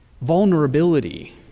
vulnerability